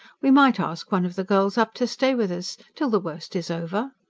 we might ask one of the girls up to stay with us. till the worst is over.